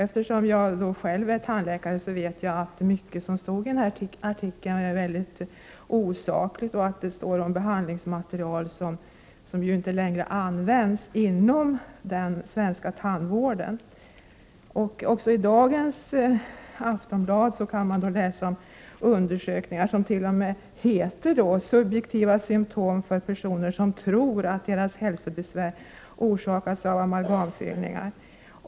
Eftersom jag själv är tandläkare, vet jag 37 att mycket av det som stått i tidningarna är osakligt. Det skrivs om behandlingsmaterial som inte längre används inom den svenska tandvården. Också i dagens nummer av Aftonbladet kan vi läsa om en undersökning som t.o.m. heter ”Subjektiva symtom för personer som tror att deras hälsobesvär orsakats av amalgamfyllningar”.